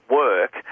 work